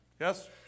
Yes